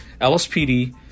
LSPD